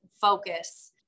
focus